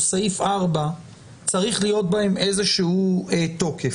סעיף 4 צריך להיות בהם איזה שהוא תוקף.